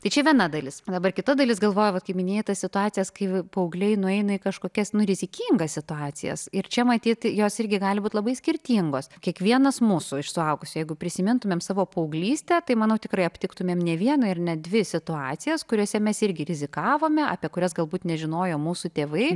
tai čia viena dalis dabar kita dalis galvoju kaip minėjai tas situacijas kai paaugliai nueina į kažkokias nu rizikingas situacijas ir čia matyt jos irgi gali būt labai skirtingos kiekvienas mūsų iš suaugusių jeigu prisimintumėm savo paauglystę tai manau tikrai aptiktumėm ne vieną ir ne dvi situacijas kuriose mes irgi rizikavome apie kurias galbūt nežinojo mūsų tėvai